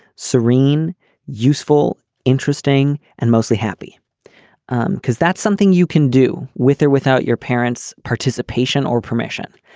serene useful interesting and mostly happy um because that's something you can do with or without your parents participation or permission.